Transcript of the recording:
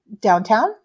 downtown